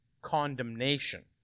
Condemnation